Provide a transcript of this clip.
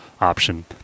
option